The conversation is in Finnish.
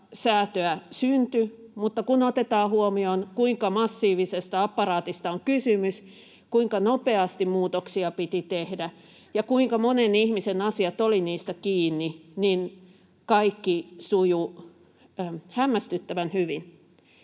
säätöä syntyi, mutta kun otetaan huomioon, kuinka massiivisesta aparaatista on kysymys, kuinka nopeasti muutoksia piti tehdä ja kuinka monen ihmisen asiat olivat niistä kiinni, niin kaikki sujui hämmästyttävän hyvin.